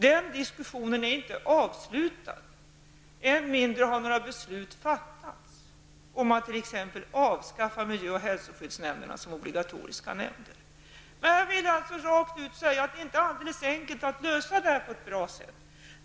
Den diskussionen är inte avslutad, än mindre har några beslut fattats om att t.ex. avskaffa miljö och hälsoskyddsnämnderna som obligatorium. Det är alltså inte alldeles enkelt att lösa detta på ett bra sätt.